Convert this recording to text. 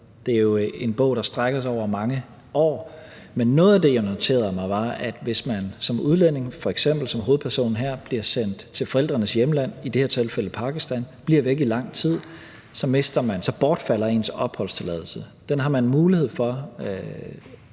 det er jo en bog, der strækker sig over mange år. Men noget af det, som jeg noterede mig, var, at hvis man som udlænding, f.eks. som hovedpersonen her, bliver sendt til forældrenes hjemland, i det her tilfælde Pakistan, og bliver væk i lang tid, så bortfalder ens opholdstilladelse. Men den har man mulighed for